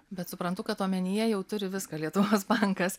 bet suprantu kad omenyje jau turi viską lietuvos bankas